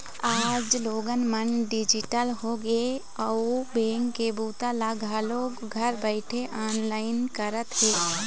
आज लोगन मन डिजिटल होगे हे अउ बेंक के बूता ल घलोक घर बइठे ऑनलाईन करत हे